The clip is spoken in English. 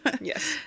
Yes